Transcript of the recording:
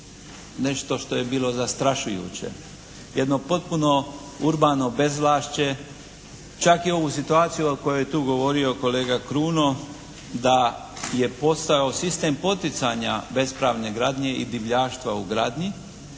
nešto što je bilo zastrašujuće, jedno potpuno urbano bezvlašće, čak i ovu situaciju o kojoj je tu govorio kolega Kruno da je posao sistem poticanja bespravne gradnje i divljaštva u gradnji